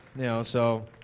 now, so.